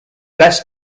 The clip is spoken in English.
best